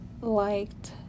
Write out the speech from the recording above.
liked